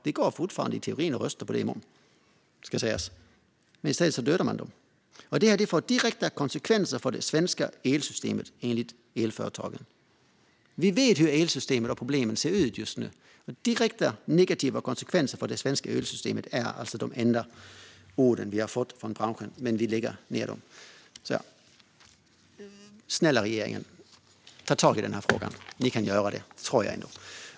Det ska sägas att det i teorin fortfarande går att rösta på det i nästa vecka. Men i stället dödar man branschskolorna. Det här får direkta konsekvenser för det svenska elsystemet, enligt elföretagen. Vi vet hur elsystemet och problemen ser ut just nu, och direkta negativa konsekvenser för det svenska elsystemet är alltså de enda ord vi har fått höra från branschen. Men vi lägger ned branschskolorna. Snälla regeringen - ta tag i den här frågan! Jag tror ändå att ni kan göra det. Herr talman!